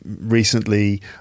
recently